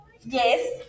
Yes